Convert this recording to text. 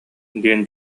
диэн